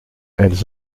elles